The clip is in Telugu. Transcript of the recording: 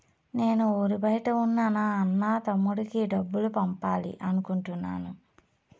నేను ఊరి బయట ఉన్న నా అన్న, తమ్ముడికి డబ్బులు పంపాలి అనుకుంటున్నాను